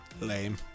Lame